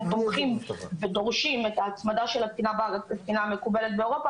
דורשים את ההצמדה של התקינה בארץ לתקינה שמקובלת באירופה